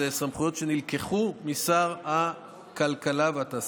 אלו סמכויות שנלקחו משר הכלכלה והתעשייה: